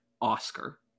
oscar